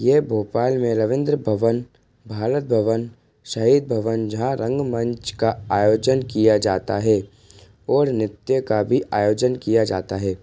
ये भोपाल में रविंद्र भवन भारत भवन शहीद भवन जहाँ रंगमंच का आयोजन किया जाता है और नृत्य का भी आयोजन किया जाता है